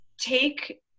take